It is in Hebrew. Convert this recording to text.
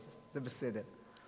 אז זה בסדר.